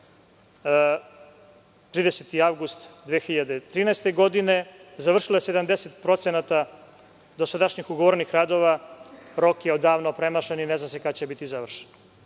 30. avgust 2013. godine. Završeno je 70% dosadašnjih ugovorenih radova. Rok je odavno premašen i ne zna se kada će biti završen. Na